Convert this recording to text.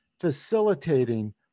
facilitating